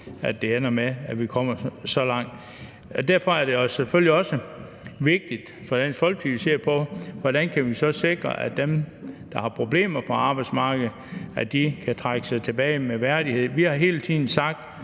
at det ender med, at vi kommer så langt. Derfor er det selvfølgelig også vigtigt for Dansk Folkeparti, at vi ser på, hvordan vi så kan sikre, at dem, der har problemer på arbejdsmarkedet, kan trække sig tilbage med værdighed. Vi har hele tiden sagt